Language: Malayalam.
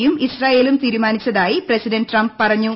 യും ഇസ്രായേലും തീരുമാനിച്ചതായി പ്രി്സിഡ്ന്റ് ട്രംപ് പറഞ്ഞു